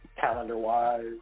calendar-wise